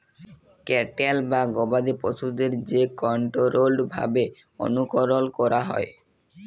cattle বা গবাদি পশুদের যে কনটোরোলড ভাবে অনুকরল ক্যরা হয়